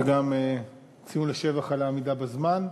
וגם ציון לשבח על העמידה בזמן.